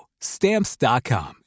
Stamps.com